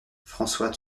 françois